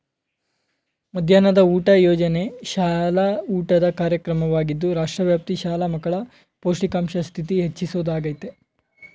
ಮಧ್ಯಾಹ್ನದ ಊಟ ಯೋಜನೆ ಶಾಲಾ ಊಟದ ಕಾರ್ಯಕ್ರಮವಾಗಿದ್ದು ರಾಷ್ಟ್ರವ್ಯಾಪಿ ಶಾಲಾ ಮಕ್ಕಳ ಪೌಷ್ಟಿಕಾಂಶ ಸ್ಥಿತಿ ಹೆಚ್ಚಿಸೊದಾಗಯ್ತೆ